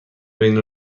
بین